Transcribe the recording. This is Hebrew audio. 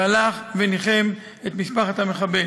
שהלך וניחם את משפחת המחבל.